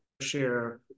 share